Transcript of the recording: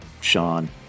Sean